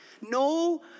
No